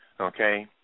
okay